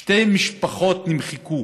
שתי משפחות נמחקו,